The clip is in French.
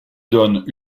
donne